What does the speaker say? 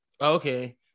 Okay